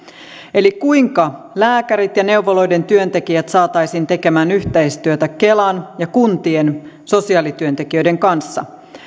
eli kuinka lääkärit ja neuvoloiden työntekijät saataisiin tekemään yhteistyötä kelan ja kuntien sosiaalityöntekijöiden kanssa